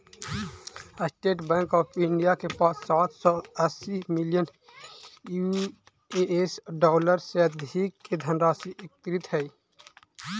state Bank of India के पास सात सौ अस्सी बिलियन यूएस डॉलर से अधिक के धनराशि एकत्रित हइ